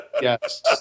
yes